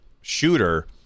shooter